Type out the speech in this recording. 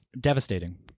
devastating